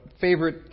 favorite